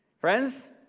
Friends